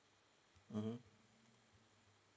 mmhmm